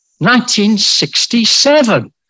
1967